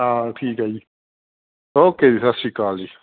ਹਾਂ ਠੀਕ ਹੈ ਜੀ ਓਕੇ ਜੀ ਸਤਿ ਸ਼੍ਰੀ ਅਕਾਲ ਜੀ